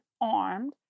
armed